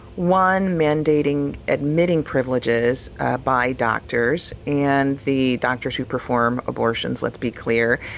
one mandating admitting privileges ah by doctors and the doctors who perform abortions. let's be clear.